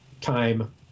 Time